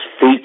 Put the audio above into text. feet